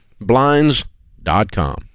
Blinds.com